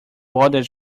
bother